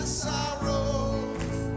sorrows